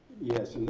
yes,